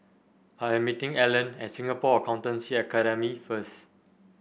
I am meeting Allen at Singapore Accountancy Academy first